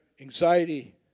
anxiety